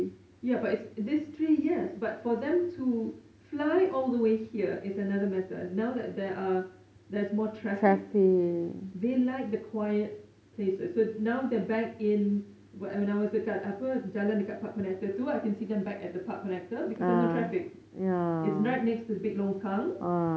ya but it's this tree yes but for them to fly all the way here is another method now that there are there's more traffic they like the quiet places so now they're back in when I was dekat apa jalan dekat park connector tu I can see them back at the park connector because there's no traffic is right next to big longkang